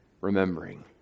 remembering